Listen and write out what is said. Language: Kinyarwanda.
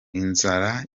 inzara